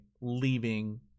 leaving